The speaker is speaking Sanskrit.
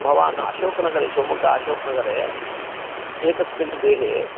भवान् अशोकनगरे शिवमोग्गा अशोकनगरे एकस्मिन् गृहे